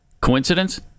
Coincidence